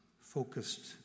focused